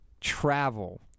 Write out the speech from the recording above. travel